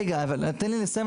רגע תן לי לסיים,